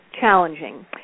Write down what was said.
challenging